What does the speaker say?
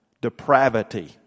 depravity